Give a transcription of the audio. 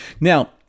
now